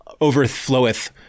overfloweth